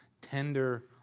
tender